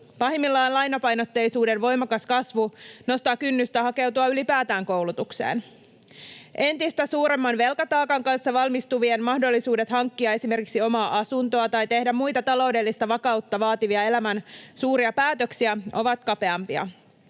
Pahimmillaan lainapainotteisuuden voimakas kasvu nostaa kynnystä hakeutua ylipäätään koulutukseen. Entistä suuremman velkataakan kanssa valmistuvien mahdollisuudet hankkia esimerkiksi omaa asuntoa tai tehdä muita, taloudellista vakautta vaativia elämän suuria päätöksiä ovat kapeampia.